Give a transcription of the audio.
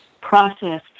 process